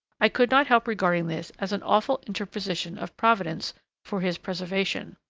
i could not help regarding this as an awful interposition of providence for his preservation.